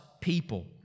people